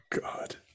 God